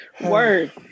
Word